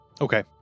Okay